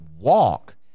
walk